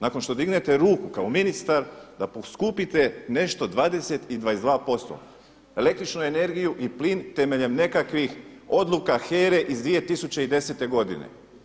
Nakon što dignete ruku kao ministar da poskupite nešto 20 i 22% električnu energiju i plin temeljem nekakvih odluka HERE iz 2010. godine.